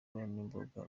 n’imboga